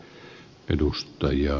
arvoisa puhemies